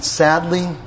Sadly